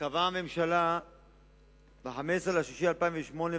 קבעה הממשלה ב-15 ביוני 2008,